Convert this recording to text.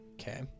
Okay